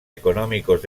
económicos